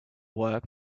work